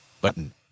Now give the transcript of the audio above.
button